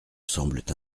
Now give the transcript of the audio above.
semblent